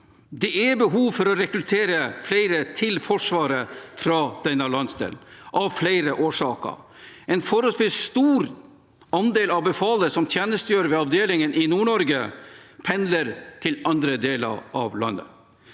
Det er behov for å rekruttere flere til Forsvaret fra denne landsdelen av flere årsaker. En forholdsvis stor andel av befalet som tjenestegjør ved avdelingen i NordNorge, pendler til andre deler av landet.